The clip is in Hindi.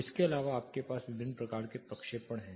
इसके अलावा आपके पास विभिन्न प्रकार के प्रक्षेपण हैं